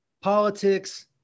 politics